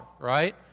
right